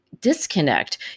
disconnect